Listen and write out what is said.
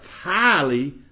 highly